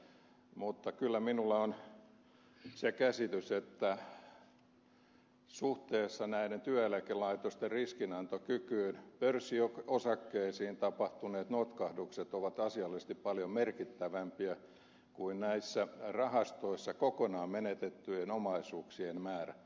mutta kyllä minulla on se käsitys että suhteessa näiden työeläkelaitosten riskinantokykyyn pörssiosakkeisiin tapahtuneet notkahdukset ovat asiallisesti paljon merkittävämpiä kuin näissä rahastoissa kokonaan menetettyjen omaisuuksien määrä